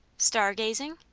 star-gazing?